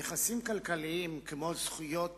נכסים כלכליים, כמו זכויות